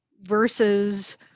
versus